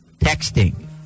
texting